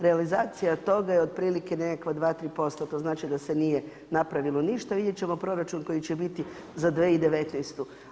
Realizacija od toga je otprilike nekakva 2, 3%, to znači da se nije napravilo ništa, vidjet ćemo proračun koji će biti za 2019.